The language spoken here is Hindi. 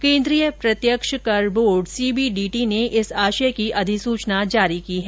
केन्द्रीय प्रत्यक्ष कर board C B D T ने इस आशय की अधिसूचना जारी की है